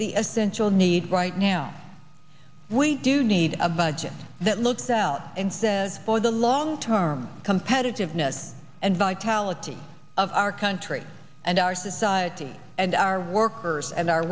the essential need right now we do need a budget that looks out and says for the long term competitiveness and vitality of our country and our society and our workers and our